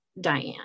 Diane